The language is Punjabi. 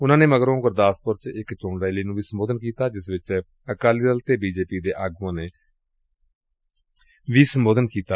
ਉਨੂਂ ਨੇ ਮਗਰੋਂ ਗੁਰਦਾਸਪੁਰ ਚ ਇਕ ਚੋਣ ਰੈਲੀ ਨੂੰ ਵੀ ਸੰਬੋਧਨ ੱਕੀਤਾ ਜਿਸ ਵਿਚ ਅਕਾਲੀ ਦਲ ਅਤੇ ਬੀਜੇਪੀ ਦੇਂ ਆਗੁਆਂ ਨੇ ਸੰਬੋਧਨ ਕੀਤਾ